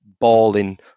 balling